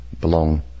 belong